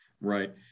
Right